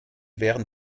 während